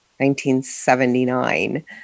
1979